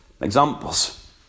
examples